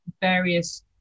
various